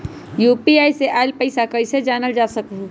UPI से आईल पैसा कईसे जानल जा सकहु?